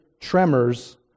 tremors